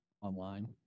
online